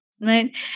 right